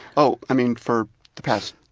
oh, i mean for the past,